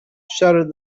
shouted